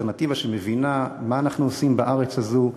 אלטרנטיבה שמבינה מה אנחנו עושים בארץ הזו,